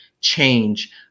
change